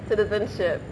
citizenship